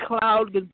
cloud